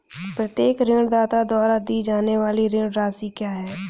प्रत्येक ऋणदाता द्वारा दी जाने वाली ऋण राशि क्या है?